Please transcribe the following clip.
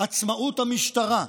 עצמאות המשטרה,